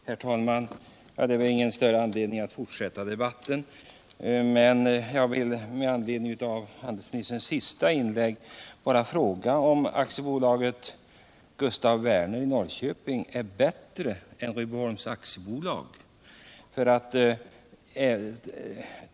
Herr talman! Det finns väl ingen större anledning att fortsätta debatten, men jag vill med anledning av handelsministerns senaste inlägg bara fråga om Gustaf Werner AB i Norrköping är bättre än Rydboholms AB.